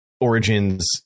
Origins